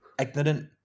ignorant